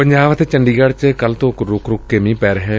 ਪੰਜਾਬ ਅਤੇ ਚੰਡੀਗੜ੍ਹ ਚ ਕੱਲ੍ਹ ਤੋ ਰੁਕ ਰੁਕ ਕੇ ਮੀਂਹ ਪੈ ਰਿਹੈ